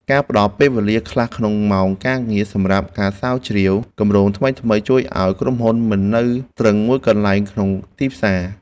ការផ្ដល់ពេលវេលាខ្លះក្នុងម៉ោងការងារសម្រាប់ការស្រាវជ្រាវគម្រោងថ្មីៗ ជួយឱ្យក្រុមហ៊ុនមិននៅទ្រឹងមួយកន្លែងក្នុងទីផ្សារ។